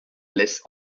laisse